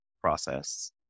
process